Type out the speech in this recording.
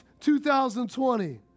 2020